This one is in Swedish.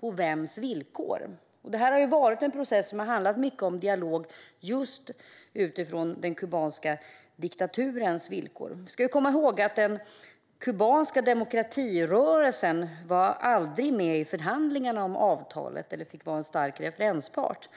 på vems villkor? Detta har ju varit en process som har handlat mycket om dialog just utifrån den kubanska diktaturens villkor. Vi ska komma ihåg att den kubanska demokratirörelsen aldrig var med i förhandlingarna om avtalet och inte heller fick vara en stark referenspart.